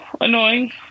annoying